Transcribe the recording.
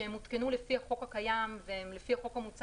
שהותקנו לפי החוק הקיים ולפי החוק המוצע